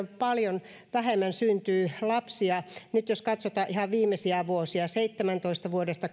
paljon vähemmän syntyy lapsia jos katsotaan ihan viimeisiä vuosia vuodesta